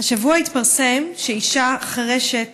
השבוע התפרסם שאישה חירשת,